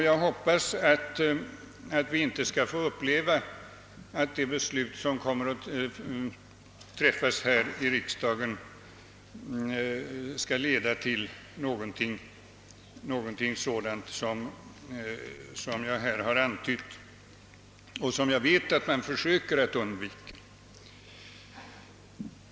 Jag hoppas att vi inte skall behöva uppleva att det beslut, som kommer att träffas här i riksdagen, skall leda till någonting sådant som jag här har antytt och som jag vet att man försöker undvika.